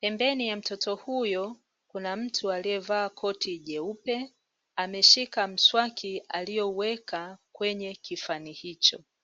pembeni ya mtoto huyo kuna mtu aliyevaa koti jeupe, ameshika mswaki aliyouweka kwenye kifani hicho.